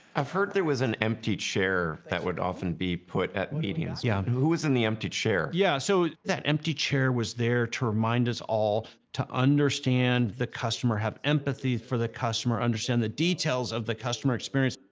i've heard there was an empty chair that would often be put at meetings. yeah. who was in the empty chair? yeah, so that empty chair was there to remind us all to understand the customer, have empathy for the customer, understand the details of the customer experience.